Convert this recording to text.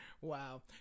Wow